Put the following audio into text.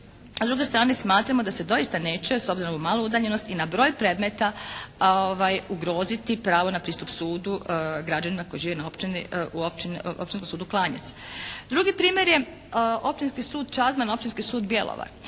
s druge strane smatramo da se doista neće s obzirom na malu udaljenost i na broj predmeta ugroziti pravo na pristup sudu građanima koji žive na općini, u općini, Općinskom sudu Klanjec. Drugi primjer je Općinski sud Čazma na Općinski sud Bjelovar.